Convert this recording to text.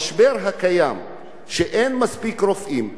כשאין מספיק רופאים ואין מספיק מתמחים,